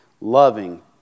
loving